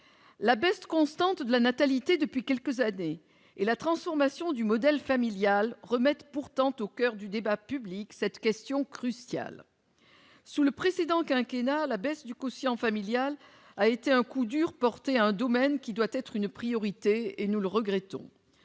La baisse constante de la natalité depuis quelques années et la transformation du modèle familial remettent pourtant au coeur du débat public cette question cruciale. Durant le précédent quinquennat, la baisse du quotient familial a été un coup dur porté à un domaine qui doit constituer une priorité ; nous le regrettons.